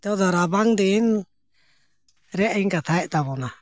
ᱱᱤᱛᱚᱜ ᱫᱚ ᱨᱟᱵᱟᱝ ᱫᱤᱱ ᱨᱮᱭᱟᱜ ᱤᱧ ᱠᱟᱛᱷᱟᱭᱮᱜ ᱛᱟᱵᱚᱱᱟ